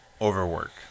overwork